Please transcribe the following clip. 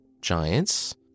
Giants